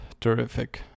terrific